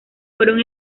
fueron